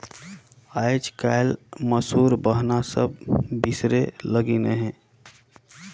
आएज काएल मूसर बहना सब बिसरे लगिन अहे